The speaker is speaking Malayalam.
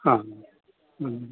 ആ